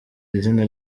izina